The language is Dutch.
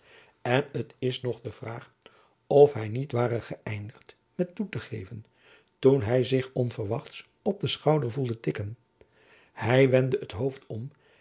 en het is nog de vraag of hy niet ware geëinjacob van lennep elizabeth musch digd met toe te geven toen hy zich onverwachts op den schouder voelde tikken hy wendde t hoofd om